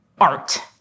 art